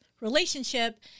relationship